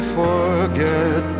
forget